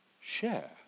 share